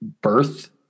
birth